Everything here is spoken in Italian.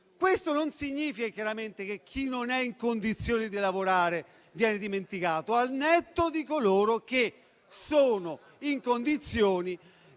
Questo non significa, chiaramente, che chi non è in condizioni di lavorare viene dimenticato. Al netto di coloro che sono in condizioni